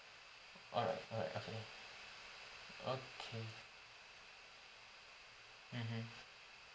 alright alright okay okay mmhmm